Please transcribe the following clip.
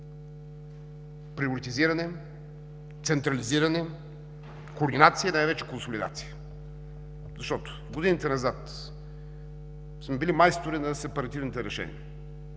приоритизиране, централизиране, координация и най-вече консолидация, защото в годините назад сме били майстори на сепаративните решения.